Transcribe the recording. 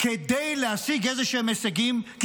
כדי להשיג הישגים כלשהם,